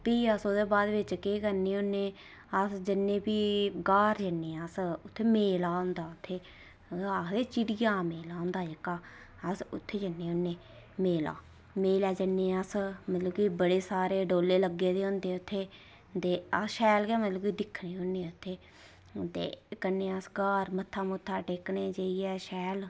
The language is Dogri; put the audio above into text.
भी अ्ने ओह्दे बाद केह् करने होन्ने अस जन्ने भी ग्हार जन्ने अस उत्थै मेला होंदा उत्थै आखदे झिड़ियै दा मेला होंदा जित्थै अस उत्थै जन्ने होन्ने मेला मेले जन्ने अस मतलब कि बड़े सारे हंडोले लग्गे दे होंदे उत्थै ते अस मतलब क शैल गै दिक्खने होन्ने उत्थै ते कन्नै अस घर मत्था टेकने जाइयै शैल